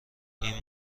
این